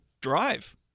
drive